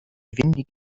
windig